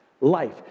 life